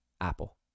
Apple